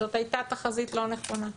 'זאת הייתה תחזית לא נכונה'.